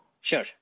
Sure